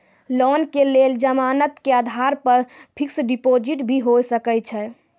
Loan के लेल जमानत के आधार पर फिक्स्ड डिपोजिट भी होय सके छै?